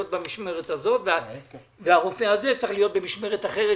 במשמרת הזאת והרופא הזה צריך להיות במשמרת אחרת,